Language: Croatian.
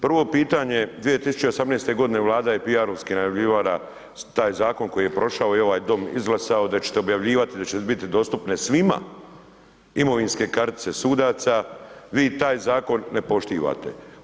Prvo pitanje, 2018. godine Vlada je PR-ovski najavljivali taj zakon koji je prošao i ovaj dom izglasao da ćete objavljivati i da će biti dostupne svima imovinske kartice sudaca, vi taj zakon ne poštivate.